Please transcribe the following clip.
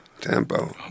tempo